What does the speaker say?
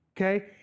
okay